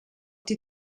die